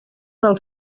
del